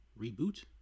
reboot